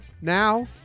now